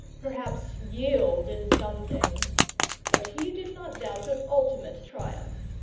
perhaps yield in some things but he did not doubt of ultimate triumph.